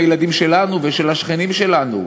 עם הילדים שלנו ושל השכנים שלנו.